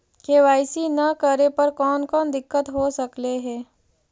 KYC न करे पर कौन कौन दिक्कत हो सकले हे?